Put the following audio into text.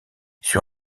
sur